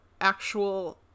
actual